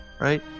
right